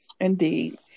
indeed